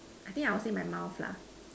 I think I would say my mouth lah